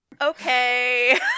Okay